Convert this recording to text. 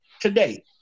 today